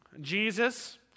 Jesus